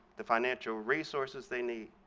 the financial resources they need,